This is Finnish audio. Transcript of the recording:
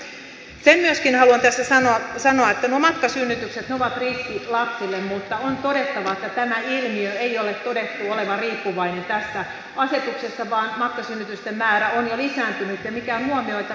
sen myöskin haluan tässä sanoa että matkasynnytykset ovat riski lapsille mutta on todettava että tämän ilmiön ei ole todettu olevan riippuvainen tästä asetuksesta vaan matkasynnytysten määrä on lisääntynyt ja mikä on huomioitavaa